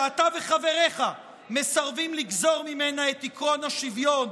שאתה וחבריך מסרבים לגזור ממנה את עקרון השוויון,